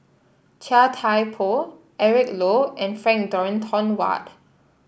Chia Thye Poh Eric Low and Frank Dorrington Ward